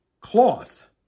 cloth